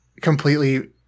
completely